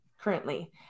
currently